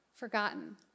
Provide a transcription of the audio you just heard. forgotten